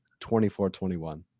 24-21